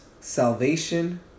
salvation